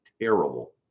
Terrible